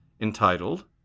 entitled